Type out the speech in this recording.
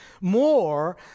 more